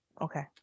Okay